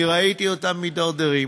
אני ראיתי אותם מידרדרים.